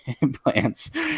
implants